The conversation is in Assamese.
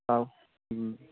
অঁ